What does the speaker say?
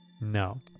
No